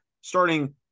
starting